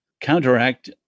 counteract